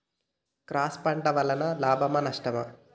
Cross పంట వలన లాభమా నష్టమా?